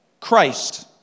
Christ